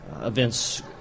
events